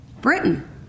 Britain